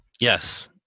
Yes